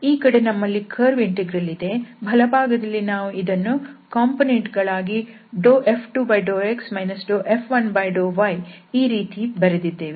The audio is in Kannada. ಈ ಕಡೆ ನಮ್ಮಲ್ಲಿ ಕರ್ವ್ ಇಂಟೆಗ್ರಲ್ ಇದೆ ಬಲಭಾಗದಲ್ಲಿ ನಾವು ಇದನ್ನು ಕಂಪೋನೆಂಟ್ ಗಳಾಗಿ F2∂x F1∂y ಈ ರೀತಿ ಬರೆದಿದ್ದೇವೆ